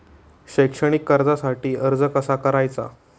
शैक्षणिक कर्जासाठी अर्ज कसा करायचा?